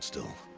still.